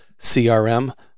CRM